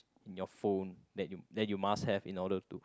in your phone that you that you must have in order to